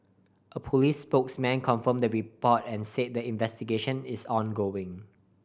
a police spokesman confirmed the report and said the investigation is ongoing